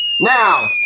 Now